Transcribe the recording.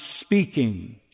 speaking